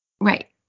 Right